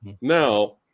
now